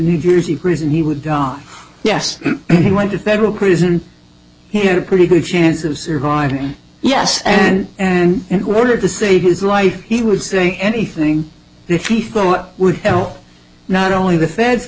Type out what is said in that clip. new jersey prison he would die yes and he went to federal prison he had a pretty good chance of surviving yes and and order to save his life he was saying anything that he thought would help not only the feds